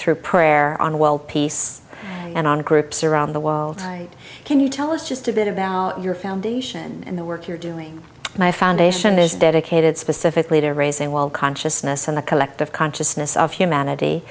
through prayer on world peace and on groups around the world can you tell us just a bit about your foundation and the work you're doing my foundation is dedicated specifically to raising well consciousness in the collective consciousness of humanity